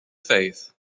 faith